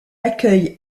accueille